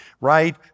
right